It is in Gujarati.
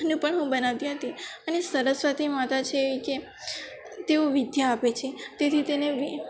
નું પણ હું બનાવતી હતી અને સરસ્વતી માતા છે એ કે તેઓ વિદ્યા આપે છે તેથી તેને